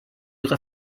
ihre